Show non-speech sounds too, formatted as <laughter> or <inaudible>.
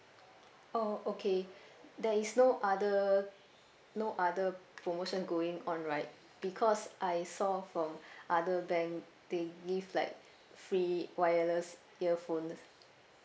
oh okay there is no other no other promotion going on right because I saw from <breath> other bank they give like free wireless earphone